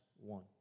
one